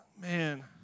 Man